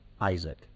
Isaac